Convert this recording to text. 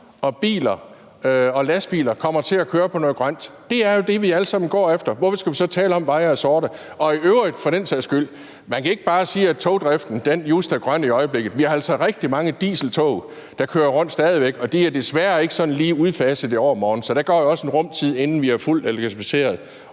og lastbiler kommer til at køre på noget grønt. Det er jo det, vi alle sammen går efter. Hvorfor skal vi så tale om, at veje er sorte? Og for den sags skyld kan man i øvrigt ikke bare sige, at togdriften just er grøn i øjeblikket. Vi har altså rigtig mange dieseltog, der kører rundt stadig væk, og de er desværre ikke sådan lige udfaset i overmorgen. Så der går jo også en rum tid, inden vi er fuldt elektrificeret